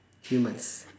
humans